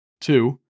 two